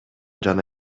жана